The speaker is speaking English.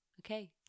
okay